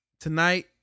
tonight